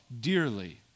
dearly